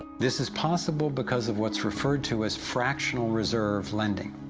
this is possible because of what's referred to as fractional reserve lending.